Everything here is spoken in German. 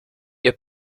ihr